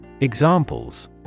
Examples